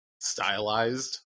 stylized